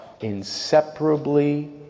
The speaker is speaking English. inseparably